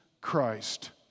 Christ